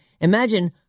Imagine